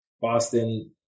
Boston